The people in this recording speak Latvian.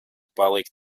palikt